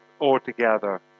altogether